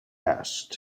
asked